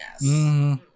Yes